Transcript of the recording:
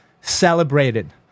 celebrated